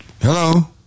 Hello